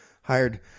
hired